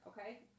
Okay